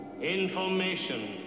information